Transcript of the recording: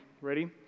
Ready